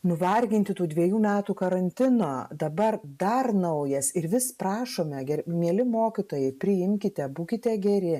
nuvarginti tų dviejų metų karantino dabar dar naujas ir vis prašome mieli mokytojai priimkite būkite geri